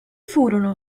furono